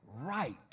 right